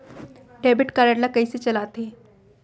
Debit card ला कइसे चलाते?